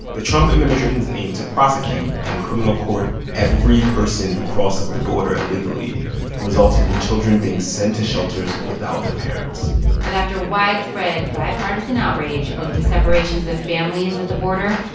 the trump administration's aim to prosecute in criminal court every person who crosses the border illegally resulted in children being sent to shelters without their parents but after widespread bipartisan outrage over the separations of families at the border,